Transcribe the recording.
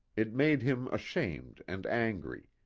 it made him ashamed and angry,